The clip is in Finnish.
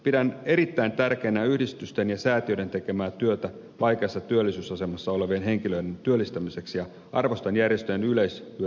pidän erittäin tärkeänä yhdistysten ja säätiöiden tekemää työtä vaikeassa työllisyysasemassa olevien henkilöiden työllistämiseksi ja arvostan järjestöjen yleishyödyllistä toimintaa